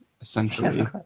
essentially